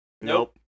Nope